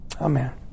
Amen